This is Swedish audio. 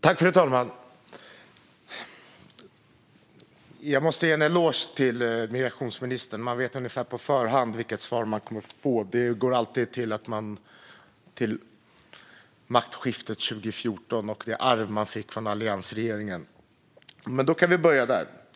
Fru talman! Jag måste ge en eloge till migrationsministern. Man vet på förhand ungefär vilket svar man kommer att få. Han kommer alltid tillbaka till maktskiftet 2014 och det arv man fick från alliansregeringen. Låt oss börja där!